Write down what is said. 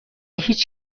هیچ